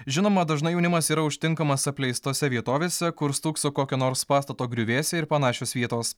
žinoma dažnai jaunimas yra užtinkamas apleistose vietovėse kur stūkso kokio nors pastato griuvėsiai ir panašios vietos